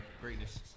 Greatness